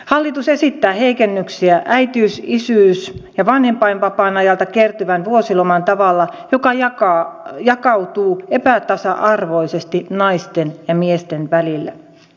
hallitus esittää heikennyksiä äitiys isyys ja vanhempainvapaan ajalta kertyvään vuosilomaan tavalla joka jakautuu epätasa arvoisesti naisten ja miesten välillä